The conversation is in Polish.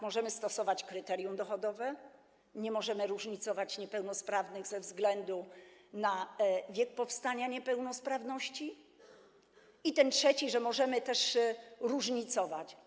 Możemy stosować kryterium dochodowe, nie możemy różnicować niepełnosprawnych ze względu na wiek, w jakim powstała niepełnosprawność, i ten trzeci, że możemy też różnicować.